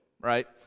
right